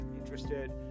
interested